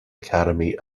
academy